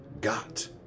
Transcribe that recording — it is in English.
got